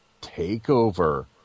takeover